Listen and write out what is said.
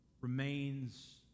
remains